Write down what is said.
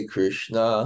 Krishna